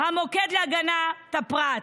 את החתרנות המדוברת: המוקד להגנת הפרט,